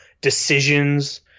decisions